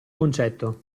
concetto